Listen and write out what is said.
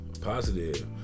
positive